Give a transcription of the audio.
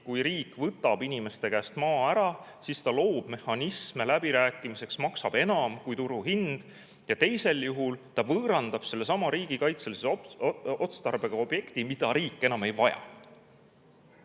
Kui riik võtab inimeste käest maa ära, siis ta loob mehhanisme läbirääkimiseks ja maksab [maa eest] enam, kui on turuhind. Aga teisel juhul ta võõrandab sellesama riigikaitselise otstarbega objekti, mida riik enam ei vaja.